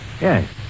Yes